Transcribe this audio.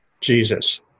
Jesus